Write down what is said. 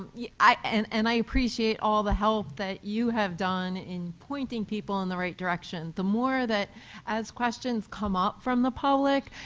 yeah and and i appreciate all the help that you have done in pointing people in the right direction, the more that as questions come up from the public,